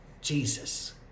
Jesus